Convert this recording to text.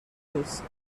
نیست